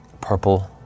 purple